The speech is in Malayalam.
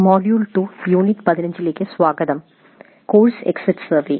മൊഡ്യൂൾ 2 യൂണിറ്റ് 15 ലേക്ക് സ്വാഗതം കോഴ്സ് എക്സിറ്റ് സർവേ